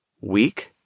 weak